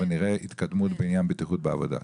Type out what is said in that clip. ונראה התקדמות בעניין בטיחות בעבודה.